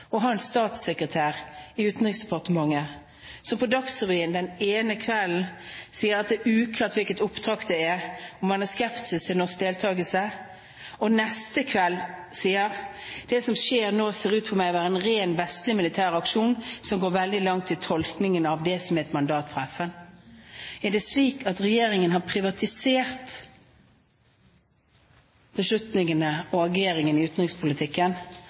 å ha en statssekretær i Utenriksdepartementet som på Dagsrevyen den ene kvelden sier at det er uklart hvilket oppdrag det er, man er skeptisk til norsk deltakelse, og som neste kveld sier: Det som skjer nå, ser for meg ut til å være en vestlig militær aksjon, som går veldig langt i tolkningen av det som er et mandat fra FN. Er det slik at regjeringen har privatisert beslutningene og ageringene i utenrikspolitikken,